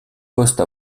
poste